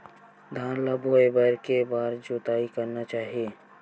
धान ल बोए बर के बार जोताई करना चाही?